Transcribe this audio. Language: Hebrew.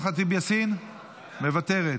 מוותרת,